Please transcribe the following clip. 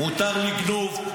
מותר לגנוב,